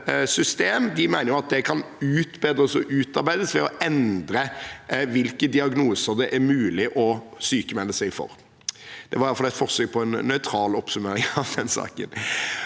det kan utbedres ved å endre hvilke diagnoser det er mulig å sykmelde seg for. – Det var i hvert fall et forsøk på en nøytral oppsummering av saken.